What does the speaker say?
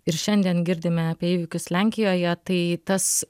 ir šiandien girdime apie įvykius lenkijoje tai tas